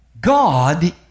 God